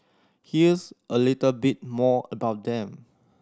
here's a little bit more about them